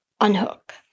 unhook